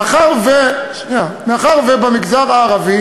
מאחר שבמגזר הערבי